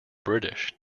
british